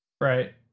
Right